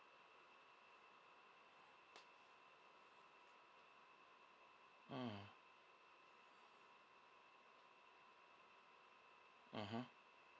mm mmhmm